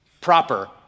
proper